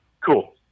cool